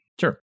Sure